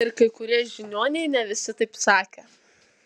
ir kai kurie žiniuoniai ne visi taip sakė